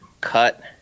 cut